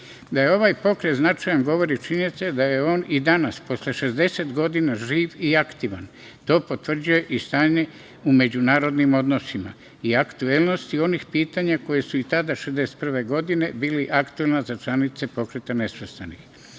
Da je ovaj pokret značajan, govori činjenica da je on i danas posle 60 godina živ i aktivan, to potvrđuje i stanje u međunarodnim odnosima i aktuelnosti onih pitanja koje su i tada 1961. godine bili aktuelni za članice Pokreta nesvrstanih. Iskoristio